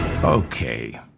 Okay